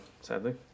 sadly